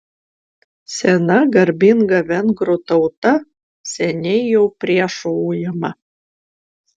sena garbinga vengrų tauta seniai jau priešų ujama